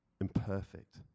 imperfect